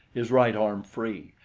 his right arm free,